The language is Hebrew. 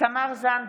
תמר זנדברג,